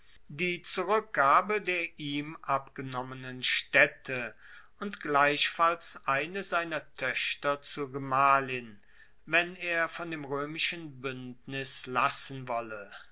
die zurueckgabe der ihm abgenommenen staedte und gleichfalls eine seiner toechter zur gemahlin wenn er von dem roemischen buendnis lassen wolle